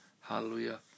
Hallelujah